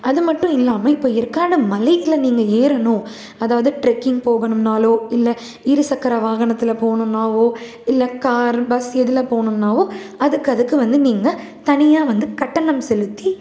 அது மட்டும் இல்லாமல் இப்போ ஏற்காடு மலைகளில் நீங்கள் ஏறணும் அதாவது ட்ரக்கிங் போகணும்னாலோ இல்லை இருசக்கர வாகனத்தில் போகணுன்னாவோ இல்லை கார் பஸ் எதில் போகணுன்னாவோ அதுக்கதுக்கு வந்து நீங்கள் தனியாக வந்து கட்டணம் செலுத்தி